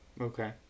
Okay